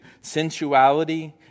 sensuality